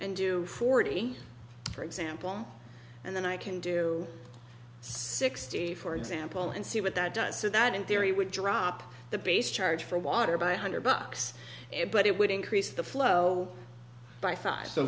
and do forty for example and then i can do sixty for example and see what that does so that in theory would drop the base charge for water by a hundred bucks it but it would increase the flow by five so